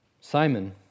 Simon